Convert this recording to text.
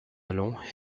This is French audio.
allons